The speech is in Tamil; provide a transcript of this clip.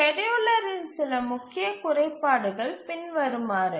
ஸ்கேட்யூலரின் சில முக்கிய குறைபாடுகள் பின்வருமாறு